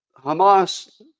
Hamas